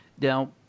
Now